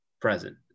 present